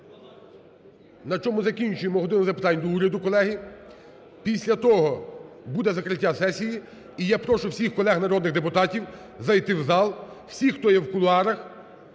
на цьому закінчуємо "годину запитань до Уряду". Після того буде закриття сесії. І я прошу всіх колег народних депутатів зайти в зал, всіх, хто є в кулуарах.